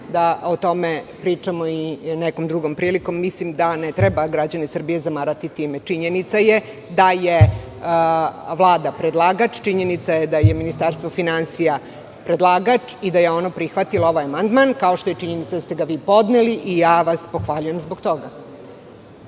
da o tome pričamo i nekom drugom prilikom. Mislim da ne treba građane Srbije zamarati time. Činjenica je da je Vlada predlagač, činjenica je da je Ministarstvo finansija predlagač i da je ono prihvatilo ovaj amandman, kao što je činjenica da ste ga vi podneli i ja vas pohvaljujem zbog toga.